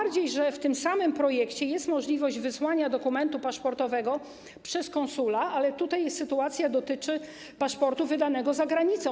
Przecież w tym samym projekcie jest możliwość wysłania dokumentu paszportowego przez konsula, choć tutaj sytuacja dotyczy paszportu wydanego za granicą.